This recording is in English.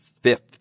fifth